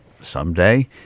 someday